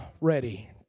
ready